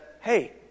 Hey